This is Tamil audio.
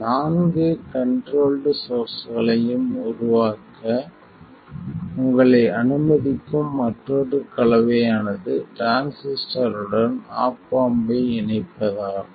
நான்கு கண்ட்ரோல்ட் சோர்ஸ்களையும் உருவாக்க உங்களை அனுமதிக்கும் மற்றொரு கலவையானது டிரான்சிஸ்டருடன் ஆப் ஆம்ப் ஐ இணைப்பதாகும்